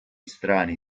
strani